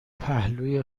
پهلوی